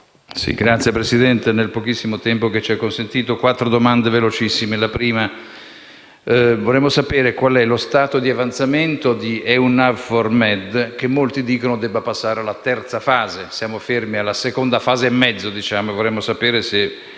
Signor Presidente, nel pochissimo tempo che ci è consentito porrò tre domande velocissime. La prima. Vorremmo sapere qual è lo stato di avanzamento di EUNAVFOR Med, che molti dicono debba passare alla terza fase; siamo fermi alla seconda fase e mezzo e vorremmo sapere se